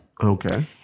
Okay